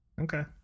Okay